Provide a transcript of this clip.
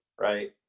right